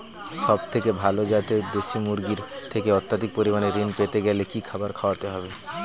সবথেকে ভালো যাতে দেশি মুরগির থেকে অত্যাধিক পরিমাণে ঋণ পেতে গেলে কি খাবার খাওয়াতে হবে?